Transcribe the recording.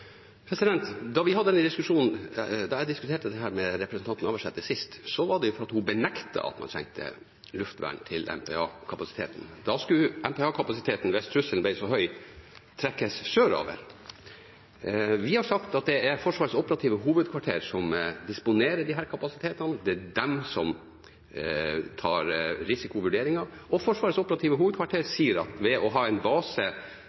Da jeg diskuterte dette med representanten Navarsete sist, var det fordi hun benektet at man trengte luftvern til MPA-kapasiteten. Da skulle MPA-kapasiteten, hvis trusselen ble så stor, trekkes sørover. Vi har sagt at det er Forsvarets operative hovedkvarter som disponerer disse kapasitetene, det er de som tar risikovurderingen. Forsvarets operative hovedkvarter sier at ved å ha en base